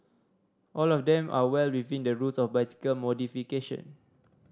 all of them are well within the rules of bicycle modification